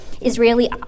Israeli